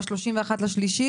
ב-31.3,